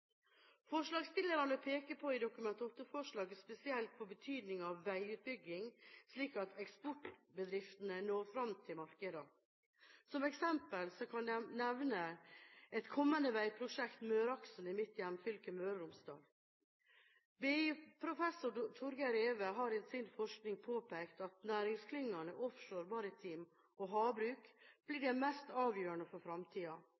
Forslagsstillerne peker i Dokument 8-forslaget spesielt på betydningen av veiutbygging, slik at eksportbedriftene når fram til markedene. Som eksempel kan jeg nevne et kommende veiprosjektet, Møreaksen, i mitt hjemfylke Møre og Romsdal. BI-professor Torger Reve har i sin forskning påpekt at næringsklyngene offshore, maritim sektor og havbruk blir de mest avgjørende for